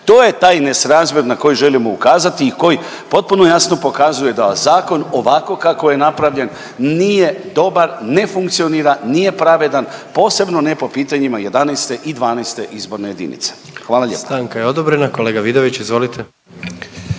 To je taj nesrazmjer na koji želimo ukazati i koji potpuno jasno pokazuje da zakon ovako kako je napravljen nije dobar, ne funkcionira, nije pravedan posebno ne po pitanjima 11. i 12. izborne jedinice. Hvala lijepa.